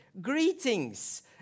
Greetings